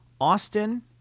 austin